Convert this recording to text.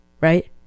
right